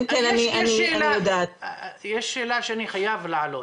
יש שאלה שאני חייב להעלות,